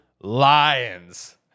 Lions